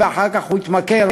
ואחר כך הוא התמכר,